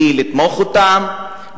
בלי לתמוך אותם,